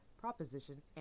proposition